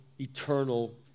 eternal